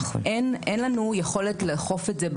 אין לנו יכולת לאכוף את זה,